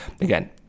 Again